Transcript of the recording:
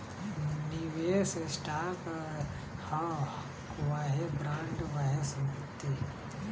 निवेस स्टॉक ह वाहे बॉन्ड, वाहे संपत्ति